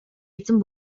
эзэн